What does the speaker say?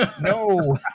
No